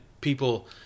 people